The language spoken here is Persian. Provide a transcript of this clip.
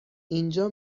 اینجا